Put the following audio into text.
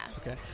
okay